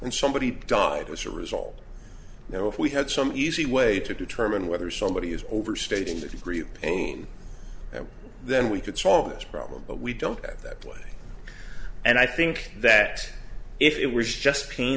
and somebody thought it was a result you know if we had some easy way to determine whether somebody is overstating the degree of pain then we could solve this problem but we don't get that play and i think that if it was just pain